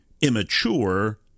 immature